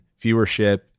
viewership